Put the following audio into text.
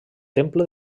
temple